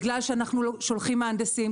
בגלל שאנחנו שולחים מהנדסים,